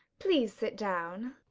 please sit down.